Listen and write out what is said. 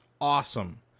awesome